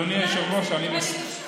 אני רוצה